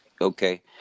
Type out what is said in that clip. Okay